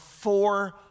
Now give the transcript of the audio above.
four